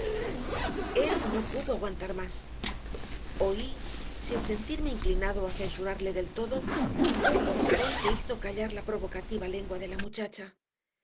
él no pudo aguantar más oí sin sentirme inclinado a censurarle del todo un bofetón que hizo callar la provocativa lengua de la muchacha